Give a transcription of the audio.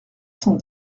cent